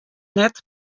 net